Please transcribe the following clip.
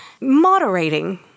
moderating